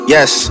Yes